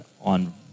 on